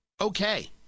okay